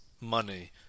money